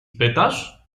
pytasz